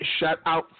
shutout